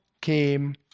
came